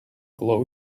glow